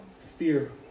Fear